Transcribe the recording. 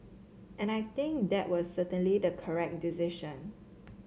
and I think that was certainly the correct decision